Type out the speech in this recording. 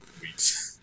weeks